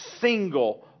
single